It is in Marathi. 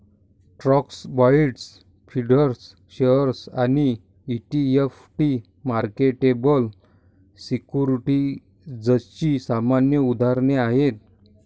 स्टॉक्स, बाँड्स, प्रीफर्ड शेअर्स आणि ई.टी.एफ ही मार्केटेबल सिक्युरिटीजची सामान्य उदाहरणे आहेत